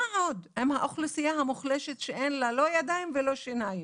מה עוד עם האוכלוסייה המוחלשת שאין לה לא ידיים ולא שיניים.